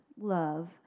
love